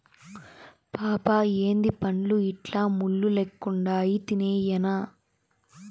పాపా ఏందీ పండ్లు ఇట్లా ముళ్ళు లెక్కుండాయి తినేయ్యెనా